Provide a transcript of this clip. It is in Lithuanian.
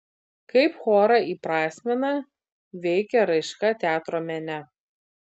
kaip chorą įprasmina veikia raiška teatro mene